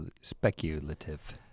speculative